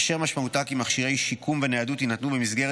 אשר משמעותה כי מכשירי שיקום וניידות יינתנו במסגרת